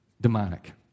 Demonic